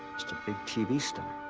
mr. big tv star,